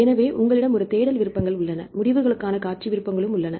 எனவே உங்களிடம் ஒரு தேடல் விருப்பங்கள் உள்ளன முடிவுகளுக்கான காட்சி விருப்பங்களும் உள்ளன